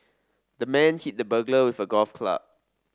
the man hit the burglar with a golf club